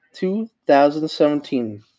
2017